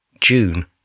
June